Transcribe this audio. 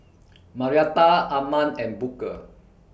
Marietta Arman and Booker